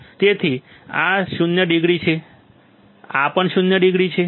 તેથી આ શૂન્ય ડિગ્રી છે આ પણ શૂન્ય ડિગ્રી છે